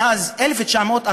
מאז 1948,